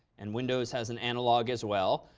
and windows has an analog as well.